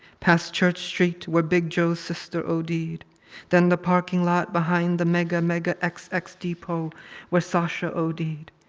past church street where big joe's sister od'd, then the parking lot behind the mega mega xx xx depot where sasha od'd.